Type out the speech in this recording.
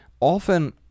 often